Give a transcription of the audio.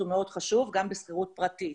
גם בשכירות פרטית.